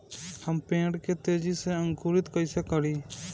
हम पेड़ के तेजी से अंकुरित कईसे करि?